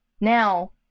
now